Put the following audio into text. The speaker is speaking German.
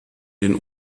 den